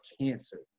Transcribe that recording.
cancer